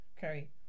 Carrie